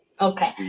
Okay